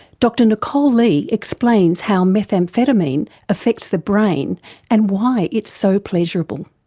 dr nicole lee explains how methamphetamine affects the brain and why it's so pleasurable.